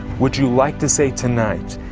would you like to say tonight,